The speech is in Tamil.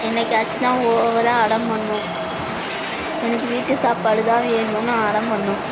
என்னைக்காச்சின்னா ஓவராக அடம் பண்ணும் எனக்கு வீட்டு சாப்பாடு தான் வேணும்னு அடம் பண்ணும்